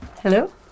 Hello